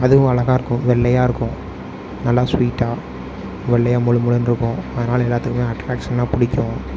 அதுவும் அழகாக இருக்கும் வெள்ளையாக இருக்கும் நல்லா ஸ்வீட்டாக வெள்ளையாக மொழுமொழுனு இருக்கும் அதனால் எல்லாத்துக்குமே அட்ரான்க்சனாக பிடிக்கும்